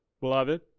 beloved